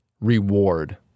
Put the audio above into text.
reward